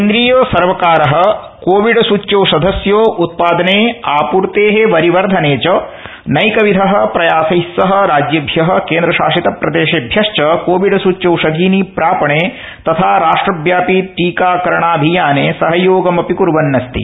केन्द्रीय सर्वकारः कोविडसूच्यौषधस्य उत्पादने आपूर्तेः वरिवर्धने च नैकविध प्रयासैः सह राज्येभ्यः केन्द्रशासितप्रदेशेभ्यश्च कोविडसूच्यौषधीनि प्रापणे तथा राष्ट्रव्यापी टीकाकरणाभियाने सहयोगमपि क्र्वन्नस्ति